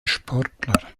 sportler